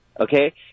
okay